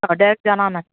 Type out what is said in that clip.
ہاں ڈائریکٹ جانا آنا ہے